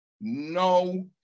no